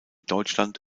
deutschland